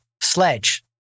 Sledge